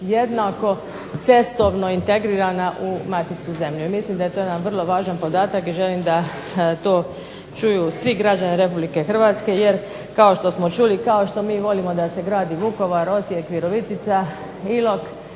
jednako cesto integrirana u maticu zemlju, i mislim da je to jedan vrlo važan podatak i želim da to čuju svi građani Republike Hrvatske, jer kao što smo čuli, kao što mi volimo da se gradi Vukovar, Osijek, Virovitica, Ilok,